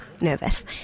nervous